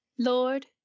Lord